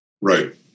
right